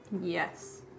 Yes